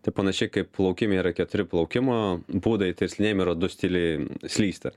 tai panašiai kaip plaukime yra keturi plaukimo būdai tai slidinėjime yra du stiliai slysti